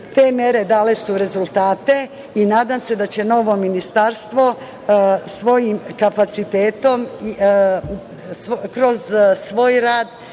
Te mere dale su rezultate i nadam se da će novo ministarstvo svojim kapacitetom, kroz svoj rad